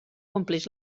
compleix